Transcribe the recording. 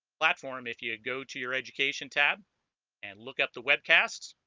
platform if you go to your education tab and look up the webcasts